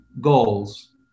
goals